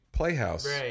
Playhouse